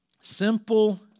Simple